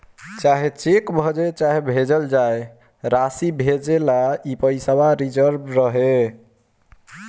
चाहे चेक भजे चाहे भेजल जाए, रासी भेजेला ई पइसवा रिजव रहे